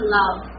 love